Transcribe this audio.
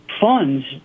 funds